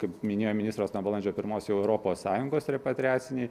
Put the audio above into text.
kaip minėjo ministras nuo balandžio pirmos jau europos sąjungos repatriaciniai